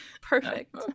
Perfect